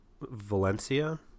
Valencia